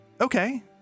Okay